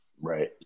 Right